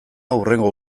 hurrengo